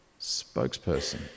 spokesperson